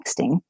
texting